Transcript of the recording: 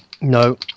no